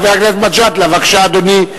חבר הכנסת מג'אדלה, בבקשה, אדוני.